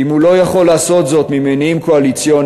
ואם הוא לא יכול לעשות זאת ממניעים קואליציוניים,